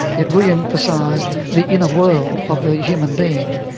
it re-emphasised the inner world of the human being,